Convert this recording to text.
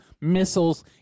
missiles